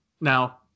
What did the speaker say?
Now